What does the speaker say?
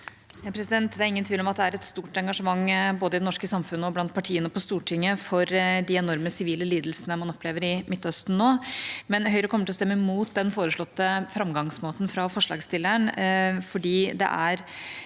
Det er ingen tvil om at det er et stort engasjement, både i det norske samfunnet og blant partiene på Stortinget, for de enorme sivile lidelsene man opplever i Midtøsten nå. Likevel kommer Høyre til å stemme mot den foreslåtte framgangsmåten fra forslagsstilleren, for det er